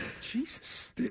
Jesus